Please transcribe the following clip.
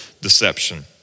deception